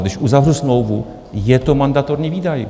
Když uzavřu smlouvu, je to mandatorní výdaj.